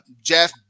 Jeff